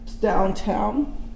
downtown